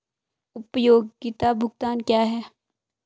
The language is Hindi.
उपयोगिता भुगतान क्या हैं?